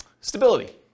stability